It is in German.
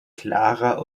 klarer